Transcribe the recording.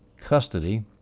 custody